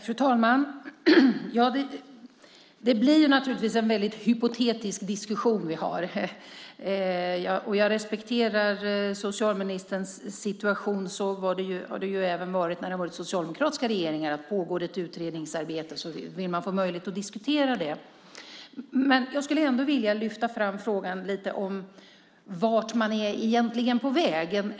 Fru talman! Det blir naturligtvis en hypotetisk diskussion. Jag respekterar socialministerns situation. Så har det även varit när det har varit socialdemokratiska regeringar. Om det pågår ett utredningsarbete vill man få möjlighet att diskutera det. Jag skulle ändå vilja lyfta fram frågan om vart man egentligen är på väg.